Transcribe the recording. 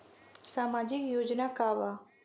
सामाजिक योजना का बा?